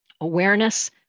awareness